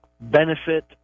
benefit